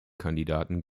kandidaten